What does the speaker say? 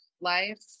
life